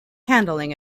handling